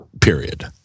Period